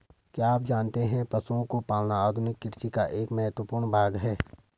क्या आप जानते है पशुओं को पालना आधुनिक कृषि का एक महत्वपूर्ण भाग है?